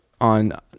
on